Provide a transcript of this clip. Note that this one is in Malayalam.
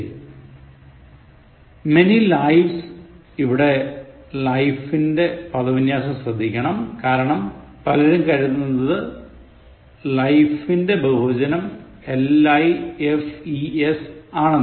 Many lifes ഇവിടെ lifes ൻറെ പദവിന്യാസം ശ്രദ്ധിക്കണം കാരണം പലരും കരുതുന്നത് lifeൻറെ ബഹുവചനം lifes ആണെന്നാണ്